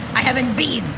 i haven't been